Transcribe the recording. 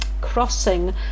crossing